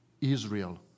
Israel